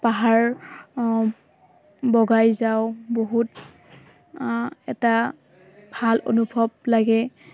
পাহাৰ বগাই যাওঁ বহুত এটা ভাল অনুভৱ লাগে